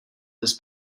this